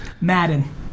Madden